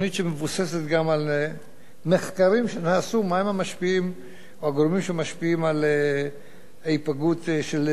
מה הם הגורמים שמשפיעים על ההיפגעות של כל כך הרבה אנשים בתאונות דרכים.